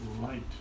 light